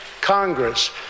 Congress